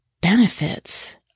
benefits